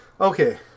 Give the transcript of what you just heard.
Okay